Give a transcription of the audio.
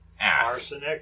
Arsenic